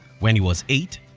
when he was eight,